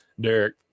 Derek